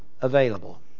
Available